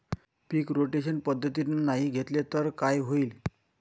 पीक rotation पद्धतीनं नाही घेतलं तर काय होईन?